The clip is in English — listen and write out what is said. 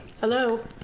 Hello